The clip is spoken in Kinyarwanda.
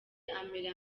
amera